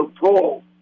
Paul